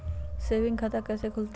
Saving खाता कैसे खुलतई?